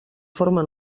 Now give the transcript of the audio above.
forma